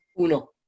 uno